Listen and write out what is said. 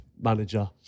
manager